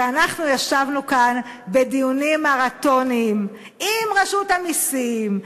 הרי אנחנו ישבנו כאן בדיונים מרתוניים עם רשות המסים,